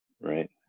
Right